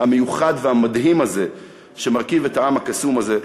המיוחד והמדהים הזה שמרכיב את העם הקסום הזה,